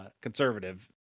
conservative